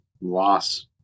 loss